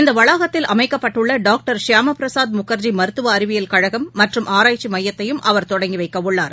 இந்த வளாகத்தில் அமைக்கப்பட்டுள்ள டாக்டர் ஷியாம்பிரசாத் முகா்ஜி மருத்துவ அறிவியல் கழகம் மற்றும் ஆராய்ச்சி மையத்தையும் அவர் தொடங்கி வைக்க உள்ளார்